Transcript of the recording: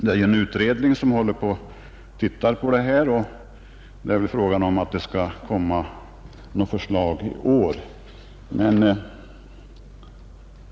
Det finns en utredning som undersöker dessa saker, och möjligen kommer den med förslag under året.